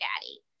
daddy